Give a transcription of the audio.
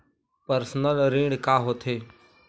Personal ऋण का होथे?